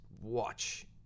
watch